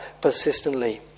persistently